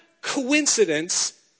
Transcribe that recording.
coincidence